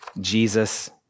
Jesus